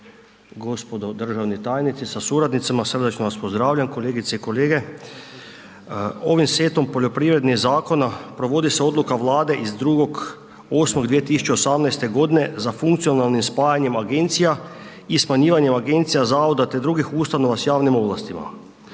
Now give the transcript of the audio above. gospodo državni tajnici sa suradnicama srdačno vas pozdravljam, kolegice i kolege, ovim setom poljoprivrednih zakona provodi se odluka Vlade iz 2.8.2018.g. za funkcionalnim spajanjem agencija i smanjivanjem agencija, zavoda, te drugih ustanova sa javnim ovlastima,